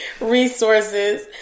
resources